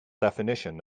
definition